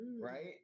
right